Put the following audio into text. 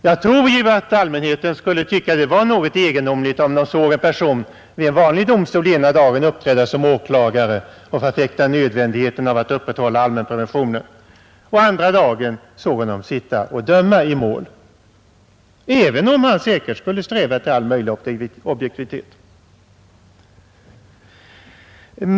Jag tror att allmänheten skulle tycka att det var något egendomligt, om man såg en person i domstolen den ena dagen uppträda som åklagare och förfäkta nödvändigheten av att upprätthålla allmänpreventionen, och andra dagen se honom sitta och döma i mål — även om vederbörande tjänsteman strävade efter att iakttaga all möjlig objektivitet.